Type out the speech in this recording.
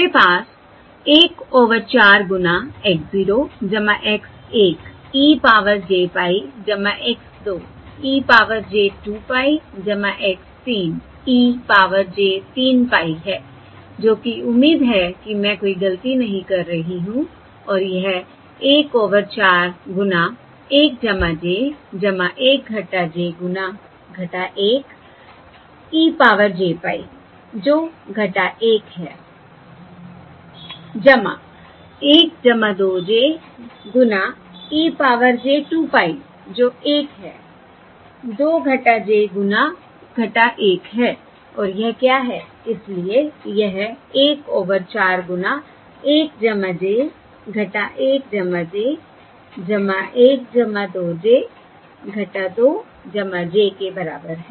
मेरे पास 1 ओवर 4 गुना x 0 x 1 e power j pie X 2 e power j 2 pie X 3 e power j 3 pie है जो कि उम्मीद है कि मैं कोई गलती नहीं कर रही हूं और यह 1 ओवर 4 गुना 1 j 1 j गुना 1 e पावर j pie जो 1 है 1 2 j गुना e पावर j 2 pie जो 1 है 2 j गुना 1 है और यह क्या है इसलिए यह 1 ओवर 4 गुना 1 j 1 j 1 2 j 2 j के बराबर है